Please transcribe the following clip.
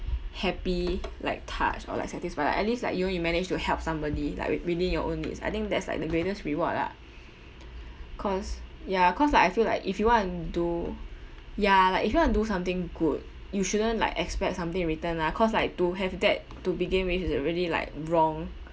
happy like touched or like satisfied like at least like you know you managed to help somebody like wi~ within your own needs I think that's like the greatest reward ah cause ya cause like I feel like if you want to do ya like if you want to do something good you shouldn't like expect something in return lah cause like to have that to begin with is already like wrong